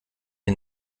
die